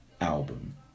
album